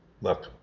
Look